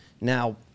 Now